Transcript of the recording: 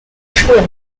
schwierig